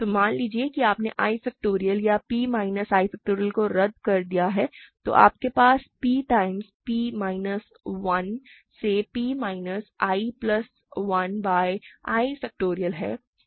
तो मान लीजिए कि आपने i फ़ैक्टोरियल या p माइनस i फ़ैक्टोरियल को रद्द कर दिया है तो आपके पास p टाइम्स p माइनस 1 से p minus i plus 1 by i factorial है